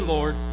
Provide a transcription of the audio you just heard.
Lord